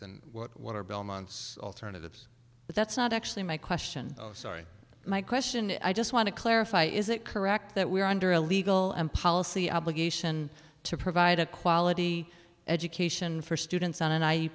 than what water belmont's alternatives but that's not actually my question oh sorry my question i just want to clarify is it correct that we are under a legal and policy obligation to provide a quality education for students on an i